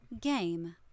Game